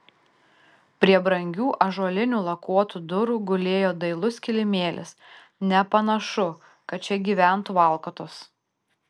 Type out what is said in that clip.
prie brangių ąžuolinių lakuotų durų gulėjo dailus kilimėlis nepanašu kad čia gyventų valkatos